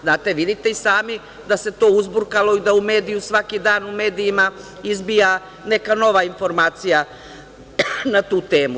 Znate, vidite i sami, da se to uzburkalo i da u medijima svaki dan izbija neka nova informacija na tu temu.